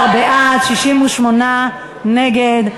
14 בעד, 68 נגד.